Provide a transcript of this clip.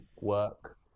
work